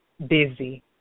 busy